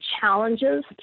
challenges